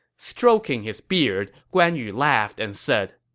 stroking his beard, guan yu laughed and said,